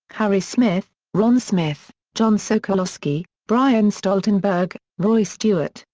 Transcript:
harry smith, ron smith, john sokolosky, bryan stoltenberg, roy stuart,